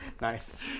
Nice